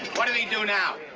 what did he you know now?